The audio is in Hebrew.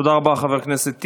תודה רבה, חבר הכנסת טיבי.